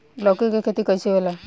लौकी के खेती कइसे होला?